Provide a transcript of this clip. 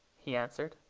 he answered.